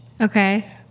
Okay